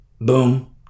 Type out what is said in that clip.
boom